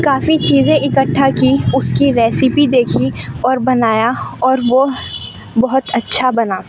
کافی چیزیں اکھٹا کی اس کی ریسیپی دیکھی اور بنایا اور وہ بہت اچھا بنا